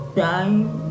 time